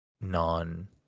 non